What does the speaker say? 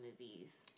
movies